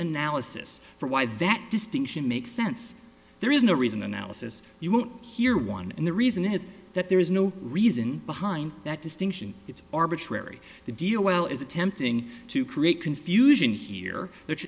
analysis for why that distinction makes sense there is no reason analysis you won't hear one and the reason is that there is no reason behind that distinction it's arbitrary the deal well is attempting to create confusion here they're